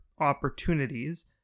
opportunities